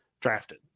drafted